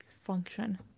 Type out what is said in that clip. function